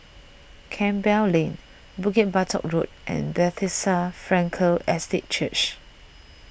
Campbell Lane Bukit Batok Road and Bethesda Frankel Estate Church